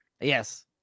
Yes